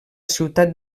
ciutat